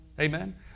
Amen